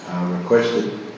requested